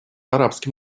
арабским